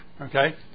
okay